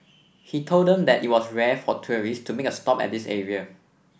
he told them that it was rare for tourists to make a stop at this area